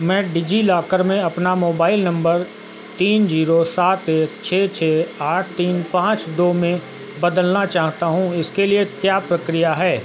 मैं डिजिलॉकर में अपना मोबाइल नम्बर तीन जीरो सात एक छः छः आठ तीन पाँच दो में बदलना चाहता हूँ इसके लिए क्या प्रक्रिया है